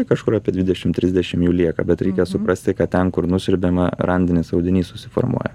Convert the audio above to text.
kažkur apie dvidešimt trisdešimt jų lieka bet reikia suprasti kad ten kur nusiurbiama randinis audinys susiformuoja